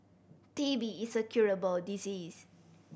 T B is a curable disease